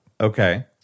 Okay